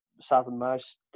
southernmost